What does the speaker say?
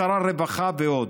שר הרווחה ועוד,